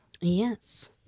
Yes